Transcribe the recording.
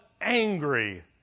angry